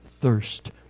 thirst